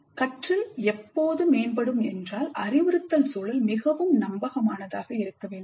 கற்றல் எப்போது மேம்படும் என்றால் அறிவுறுத்தல் சூழல் மிகவும் நம்பகமானதாக இருக்க வேண்டும்